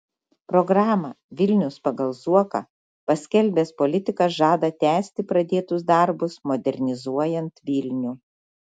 programą vilnius pagal zuoką paskelbęs politikas žada tęsti pradėtus darbus modernizuojant vilnių